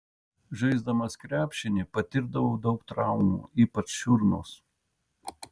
žaisdamas krepšinį patirdavau daug traumų ypač čiurnos